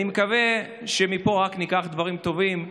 אני מקווה שמפה ניקח רק דברים טובים.